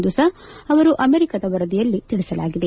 ಎಂದು ಸಹ ಅಮೆರಿಕದ ವರದಿಯಲ್ಲಿ ತಿಳಿಸಲಾಗಿದೆ